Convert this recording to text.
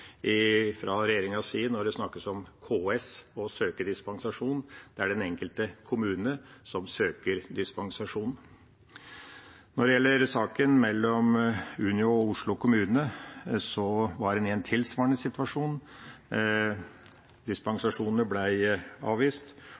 fra regjeringas side når det snakkes om KS og å søke dispensasjon. Det er den enkelte kommune som søker dispensasjon. Når det gjelder saken mellom Unio og Oslo kommune, var en der i en tilsvarende situasjon. Dispensasjonene ble avvist.